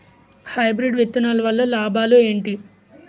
Hybrid విత్తనాలు వల్ల లాభాలు ఏంటి?